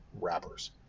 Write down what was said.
wrappers